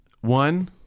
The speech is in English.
One